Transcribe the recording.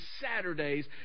Saturdays